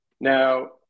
Now